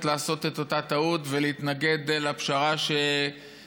לעשות את אותה טעות ולהתנגד לפשרה שגובשה